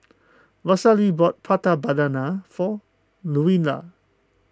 Rosalee bought Prata Banana for Luella